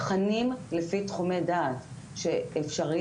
תכנים לפי תחומי דעת שאפשריים,